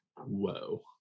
whoa